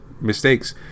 mistakes